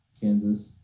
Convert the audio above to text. Kansas